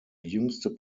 jüngste